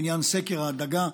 בעניין סקר הדגה,